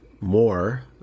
more